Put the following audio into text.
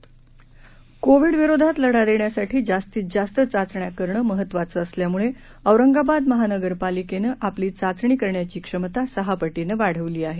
चाचणी क्षमता कोविड विरोधात लढा देण्यासाठी जास्तीत जास्त चाचण्या करणं महत्त्वाचं असल्यामुळे औरंगाबाद महानगरपालिकेने आपली चाचणी करण्याची क्षमता सहा पटीने वाढवली आहे